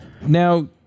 Now